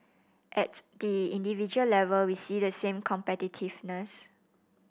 at the individual level we see the same competitiveness